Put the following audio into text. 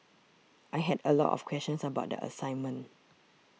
I had a lot of questions about the assignment